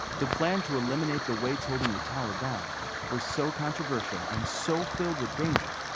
the plan to eliminate the weights holding the tower down was so controversial and so filled with danger,